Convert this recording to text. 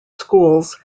schools